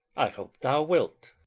i hope thou wilt.